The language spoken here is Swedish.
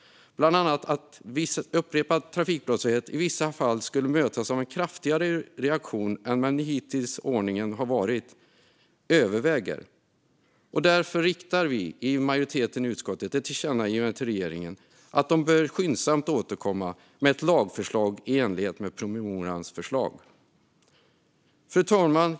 Det gäller bland annat att upprepad trafikbrottslighet i vissa fall skulle mötas av en kraftigare reaktion än med hittillsvarande ordning. Därför föreslår en majoritet i utskottet ett tillkännagivande till regeringen att skyndsamt återkomma med ett lagförslag i enlighet med promemorians förslag. Fru talman!